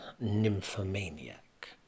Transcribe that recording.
nymphomaniac